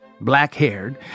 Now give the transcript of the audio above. black-haired